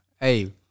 hey